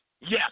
Yes